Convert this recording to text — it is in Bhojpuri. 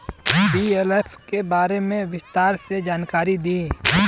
बी.एल.एफ के बारे में विस्तार से जानकारी दी?